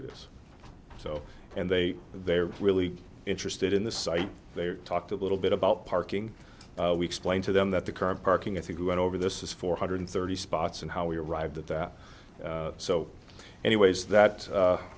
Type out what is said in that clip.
it is so and they they're really interested in the site they talked a little bit about parking we explained to them that the current parking i think we went over this is four hundred thirty spots and how we arrived at that so anyways that